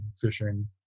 fishing